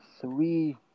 three